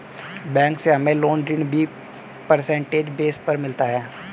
bank से हमे loan ऋण भी परसेंटेज बेस पर मिलता है